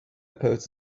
post